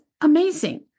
amazing